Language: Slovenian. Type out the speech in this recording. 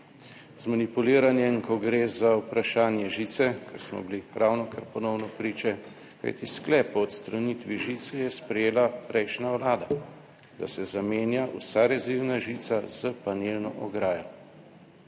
Z manipuliranjem, ko gre za vprašanje žice, ker smo bili ravnokar ponovno priče, kajti sklep o odstranitvi žice je sprejela prejšnja Vlada, da se zamenja vsa rezilna žica s panelno ograjo,